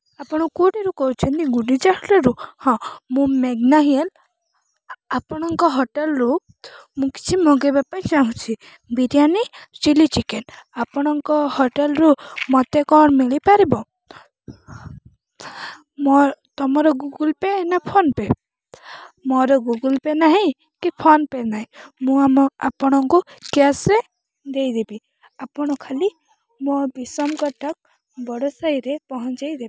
ଆପଣ କେଉଁଠିରୁ କହୁଛନ୍ତି ଗୁଣ୍ଡିଚା ହୋଟେଲ୍ରୁ ହଁ ମୁଁ ମେଘ୍ନା ହେନ୍ ଆପଣଙ୍କ ହୋଟେଲ୍ରୁ ମୁଁ କିଛି ମଗାଇବା ପାଇଁ ଚାହୁଁଛି ବିରିୟାନି ଚିଲି ଚିକେନ୍ ଆପଣଙ୍କ ହୋଟେଲ୍ରୁ ମୋତେ କ'ଣ ମିଳିପାରିବ ମୋର ତୁମର ଗୁଗୁଲ୍ ପେ ନା ଫୋନ୍ପେ ମୋର ଗୁଗୁଲ୍ ପେ ନାହିଁ କି ଫୋନ୍ପେ ନାହିଁ ମୁଁ ଆମ ଆପଣଙ୍କୁ କ୍ୟାସ୍ରେ ଦେଇଦେବି ଆପଣ ଖାଲି ମୋ ବିଷମ କଟକ ବଡ଼ ସାହିରେ ପହଞ୍ଚାଇଦେବେ